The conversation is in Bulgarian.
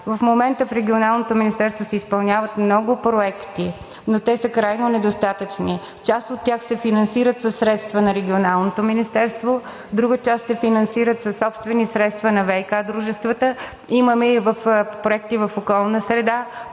В момента в Регионалното министерство се изпълняват много проекти, но те са крайно недостатъчно. Част от тях се финансират със средства на Регионалното министерство, друга част се финансират със собствени средства на ВиК дружествата. Имаме и проекти в „Околна среда“